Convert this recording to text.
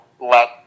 let